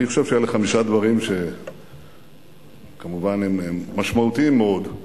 אני חושב שאלה חמישה דברים שכמובן הם משמעותיים מאוד,